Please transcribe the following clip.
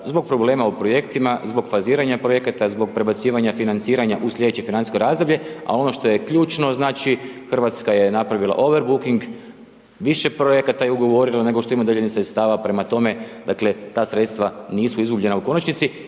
zbog problema u projektima, zbog faziranja projekata, zbog prebacivanja financiranja u sljedeće financijsko razdoblje, a ono što je ključno, znači, Hrvatska je napravila overbooking, više projekata je ugovorila nego što ima dodijeljenih sredstava, prema tome, ta sredstva nisu izgubljena u konačnici,